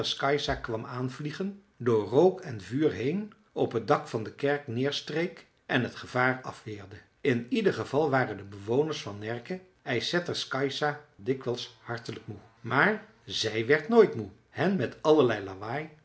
kwam aanvliegen door rook en vuur heen op het dak van de kerk neerstreek en t gevaar afweerde in ieder geval waren de bewoners van närke ysätters kajsa dikwijls hartelijk moe maar zij werd nooit moe hen met allerlei lawaai